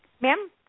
ma'am